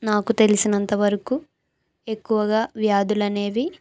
నాకు తెలిసినంత వరకు ఎక్కువగా వ్యాధులు అనేవి